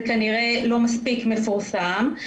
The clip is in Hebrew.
זה כנראה לא מספיק מפורסם,